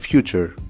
Future